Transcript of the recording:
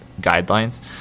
guidelines